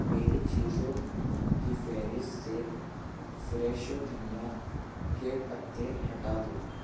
میری چیزوں کی فہرست سے فریشو دھنیہ کے پتے ہٹا دو